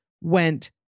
went